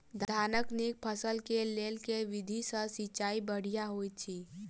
धानक नीक फसल केँ लेल केँ विधि सँ सिंचाई बढ़िया होइत अछि?